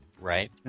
right